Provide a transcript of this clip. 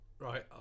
right